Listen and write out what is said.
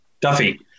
Duffy